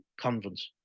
convents